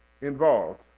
involved